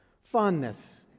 fondness